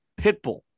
Pitbull